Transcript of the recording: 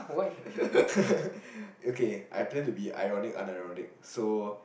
okay I plan to be ironic unironic so